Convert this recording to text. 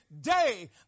day